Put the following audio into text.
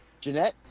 Jeanette